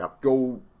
go